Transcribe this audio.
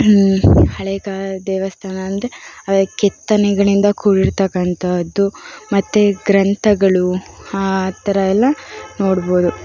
ಹಳೇ ಕಾಲದ ದೇವಸ್ಥಾನ ಅಂದರೆ ಅದೆ ಕೆತ್ತನೆಗಳಿಂದ ಕೂಡಿರತಕ್ಕಂತಹದ್ದು ಮತ್ತು ಗ್ರಂಥಗಳು ಆ ಥರ ಎಲ್ಲ ನೋಡ್ಬೋದು